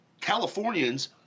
Californians